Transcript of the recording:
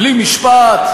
בלי משפט,